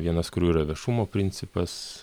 vienas kurių yra viešumo principas